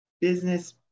business